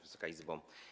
Wysoka Izbo!